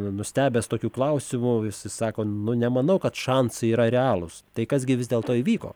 nustebęs tokiu klausimu jis sako nu nemanau kad šansai yra realūs tai kas gi vis dėlto įvyko